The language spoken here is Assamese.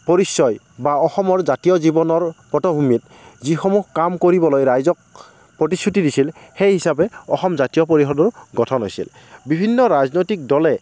পৰিচয় বা অসমৰ জাতীয় জীৱনৰ পটভূমিত যিসমূহ কাম কৰিবলৈ ৰাইজক প্ৰতিশ্ৰুতি দিছিল সেই হিচাপে অসম জাতীয় পৰিষদো গঠন হৈছিল বিভিন্ন ৰাজনৈতিক দলে